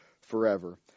forever